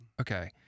Okay